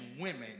women